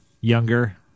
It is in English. younger